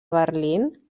berlín